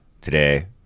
Today